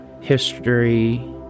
history